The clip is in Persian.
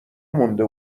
مونده